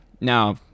Now